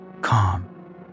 calm